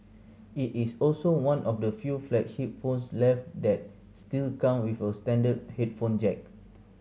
it is also one of the few flagship phones left that still come with a standard headphone jack